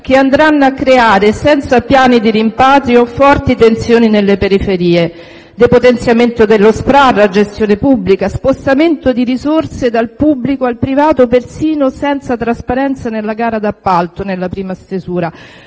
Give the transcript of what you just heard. che andranno a creare, senza piani di rimpatrio, forti tensioni nelle periferie; depotenziamento dello SPRAR a gestione pubblica; spostamento di risorse dal pubblico al privato, persino senza trasparenza nella gara d'appalto nella prima stesura;